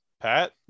Pat